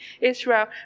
Israel